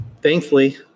Thankfully